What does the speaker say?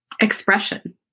expression